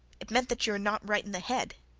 it meant that you were not right in the head.